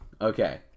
okay